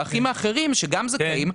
והאחים האחרים שגם זכאים,